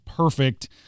perfect